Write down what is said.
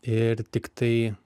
ir tiktai